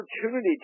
opportunity